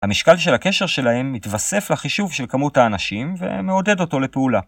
המשקל של הקשר שלהם, מתווסף לחישוב של כמות האנשים, ומעודד אותו לפעולה.